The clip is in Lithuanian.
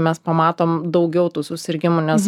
mes pamatom daugiau tų susirgimų nes